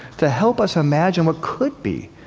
to help us imagine what could be.